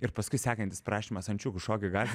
ir paskui sekantis prašymas ančiukų šokį galit